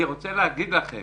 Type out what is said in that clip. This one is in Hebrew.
אני רוצה להגיד לכם